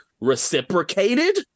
reciprocated